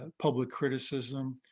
and public criticism,